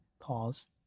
pause